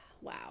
wow